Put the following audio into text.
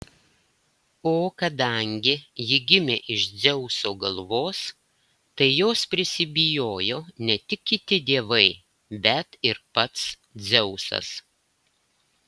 o kadangi ji gimė iš dzeuso galvos tai jos prisibijojo ne tik kiti dievai bet ir pats dzeusas